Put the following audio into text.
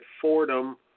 Fordham